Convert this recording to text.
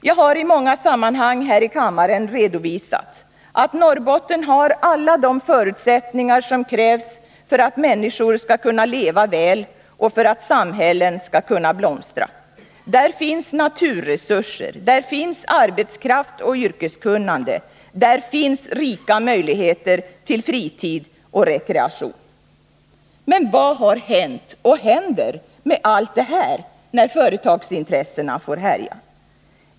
Jag har i många sammanhang här i kammaren redovisat att Norrbotten har alla de förutsättningar som krävs för att människor skall kunna leva väl och för att samhällen skall kunna blomstra. Där finns naturresurser, där finns arbetskraft och yrkeskunnande. Där finns rika möjligheter till fritid och rekreation. Men vad har hänt och händer med allt detta när företagsintresssena får härja?